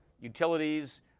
Utilities